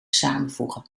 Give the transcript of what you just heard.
samenvoegen